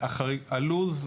הלו"ז,